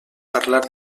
parlar